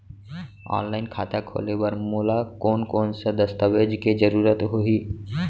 Online खाता खोले बर मोला कोन कोन स दस्तावेज के जरूरत होही?